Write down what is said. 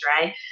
right